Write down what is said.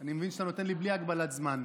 אני מבין שאתה נותן לי בלי הגבלת זמן.